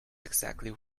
exactly